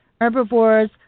herbivores